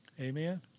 Amen